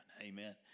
Amen